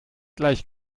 gleich